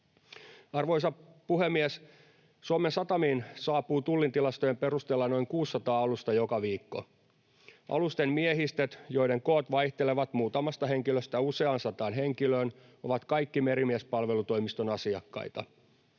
Arvoisa puhemies! Suomen satamiin saapuu Tullin tilastojen perusteella noin 600 alusta joka viikko. Alusten miehistöt, joiden koot vaihtelevat muutamasta henkilöstä useaan sataan henkilöön, ovat kaikki Merimiespalvelutoimiston asiakkaita.